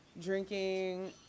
drinking